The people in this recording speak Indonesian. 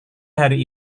hari